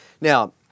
Now